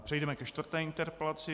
Přejdeme ke čtvrté interpelaci.